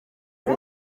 bwa